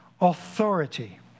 authority